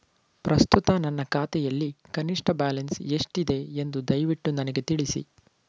ಪ್ರಸ್ತುತ ನನ್ನ ಖಾತೆಯಲ್ಲಿ ಕನಿಷ್ಠ ಬ್ಯಾಲೆನ್ಸ್ ಎಷ್ಟಿದೆ ಎಂದು ದಯವಿಟ್ಟು ನನಗೆ ತಿಳಿಸಿ